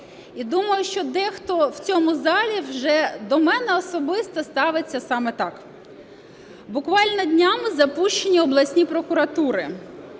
І думаю, що дехто в цьому залі вже до мене особисто ставиться саме так. Буквально днями запущені обласні прокуратури.